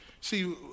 See